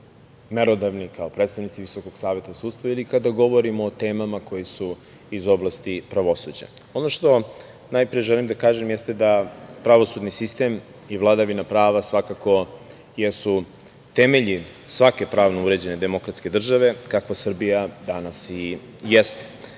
merodavni, kao predstavnici Visokog saveta sudstva ili kada govorimo o temama koje su iz oblasti pravosuđa. Ono što najpre želim da kažem jeste da pravosudni sistem i vladavina prava svakako jesu temelji svake pravno uređene demokratske države, kakva Srbija danas i jeste.